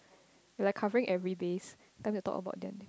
you're like covering every base just to talk about them eh